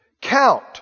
Count